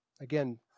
Again